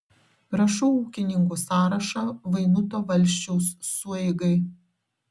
rašau ūkininkų sąrašą vainuto valsčiaus sueigai